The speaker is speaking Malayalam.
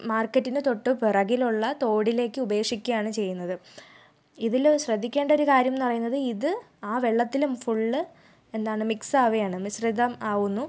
മാർക്കറ്റിന് തൊട്ട് പുറകിലുള്ള തോടിലേക്ക് ഉപേക്ഷിക്കുകയാണ് ചെയ്യുന്നത് ഇതിൽ ശ്രദ്ധിക്കേണ്ട ഒരു കാര്യം എന്ന് പറയുന്നത് ഇത് ആ വെള്ളത്തിലും ഫുൾ എന്താണ് മിക്സ് ആവുകയാണ് മിശ്രിതം ആവുന്നു